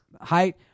height